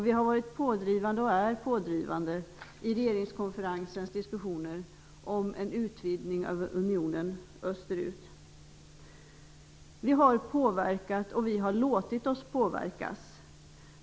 Vi har också varit, och är, pådrivande i regeringskonferensens diskussioner om en utvidgning av unionen österut. Vi har påverkat, och vi har låtit oss påverkas.